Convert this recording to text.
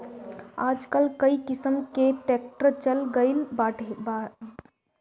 आजकल कई किसिम कअ ट्रैक्टर चल गइल बाटे